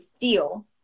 feel